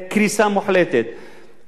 בשנת 2006, ובזאת אני מסיים,